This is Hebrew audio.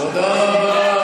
תודה רבה.